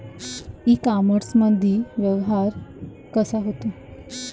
इ कामर्समंदी व्यवहार कसा होते?